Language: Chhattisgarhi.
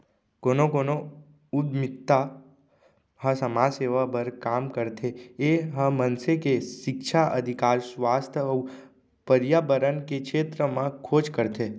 कोनो कोनो उद्यमिता ह समाज सेवा बर काम करथे ए ह मनसे के सिक्छा, अधिकार, सुवास्थ अउ परयाबरन के छेत्र म खोज करथे